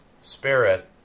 spirit